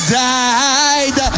died